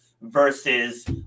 versus